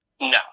no